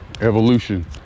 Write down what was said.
evolution